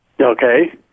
Okay